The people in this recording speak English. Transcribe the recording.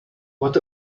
what